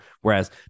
Whereas